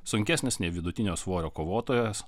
sunkesnis nei vidutinio svorio kovotojas